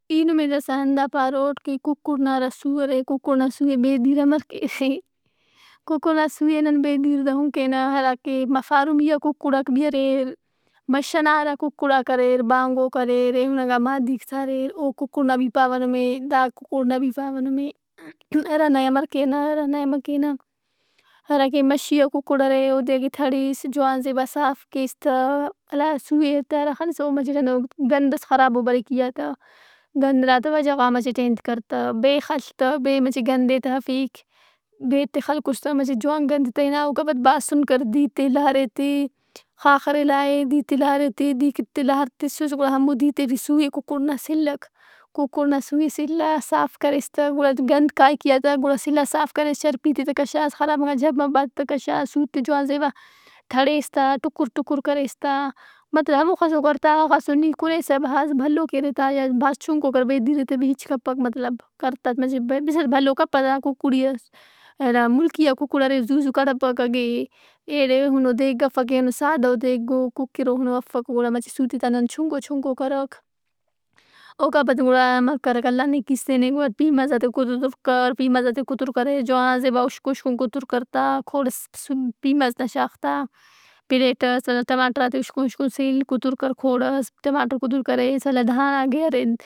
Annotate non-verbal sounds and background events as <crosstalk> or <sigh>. ای نمے داسا ہندا پاروٹ کہ کُکڑنا ہرا سُو ارے کُکڑ نا سُوئے بیدِیر امر کیرہ۔ کُکڑ نا سُو ئے نن بیدیر دُہن کینہ۔ ہراکہ فارمیئا کُکڑاک بھی اریر، مَش ئنا ہرا کُکڑاک اریر، بانگوک اریر، ایہن انگا مادِیک تا اریر او کُکڑ نا بھی پاوہ نمے، دا کُکڑ نا بھی پاوہ نمے۔ <noise> ہرانائے امر کینہ ہرانا امر کینہ۔ ہرا کہ مشیئا کُکڑ ارے اودے اگہ تِڑس جوان زیبا صاف کیس تہ۔ لہر سُوئے تہ ہرا خنسہ او مچہ ہندن گند ئس خرابو بریک ای آن تہ۔ گند نا تہ وجہ غان مچٹ ئے انت کر تہ، بے خڷ تہ۔ بے مچہ گندئے تہ ارفک۔ بیت ئے خلکُس تہ مچہ جوان گند تہ ہِنا۔ اوکان پد باسُن کر دِیرتے لہر ایتے، خاخر ئے لائہہِ، دیرت ئے لہر ایتہ، دیرت ئے لہر تِسُس گُڑا ہمو دیرت ئے ٹی سُو ئے کُکؑڑ نا سلّک۔ ککڑ نا سُوئے سِلّاس صاف کریس تہ گُڑا تو گند کائک ای آن تہ گُڑا سلاس صاف کریس چرپِیت ئے تہ کشاس خرابِنگا جب مبات ئے تہ کشاس سُوت ئے تہ جوان زیبا تڑیس تہ ٹُکر ٹکر کریس تہ۔ مطلب ہموخسوکر تا ہخسو نی کُنیسہ۔ بھاز بھلو کیرے تہ یا بھاز چُھنکو، گر بیدیر ئے تہ بھی ہچ کپّک مطلب کر تہ مچہ بھڈسٹ بھلو کپہ تہ ککڑیِ ئس۔ ایلو ملکیئا ککڑ ارے زُو زُو کڑھپک۔ اگہ ایدے ایہنو دیگ افک ایہن سادہ ؤ دیگ او۔ کُک- کروک نو افک گُڑا مچہ سوت ئے تہ ہندن چھنکو چھنکو کرک۔ اوکا پد امہ کرک اللہ نیکیِس تے نے۔ گُڑا پیمازاتے کُتر کر، پیمازاتے کُتر کریس جوان زیبا اُشکن اُشکن کتر کر تا، کھوڑئس س-پس- سُو- پیماز نا شاغ تہ۔ پلیٹ ئس ولدا ٹماٹراتے اُشکن اشکن سِل کتر کھوڑس۔ ٹماٹر کتر کریس ولدا داھنڑا کہ ارے۔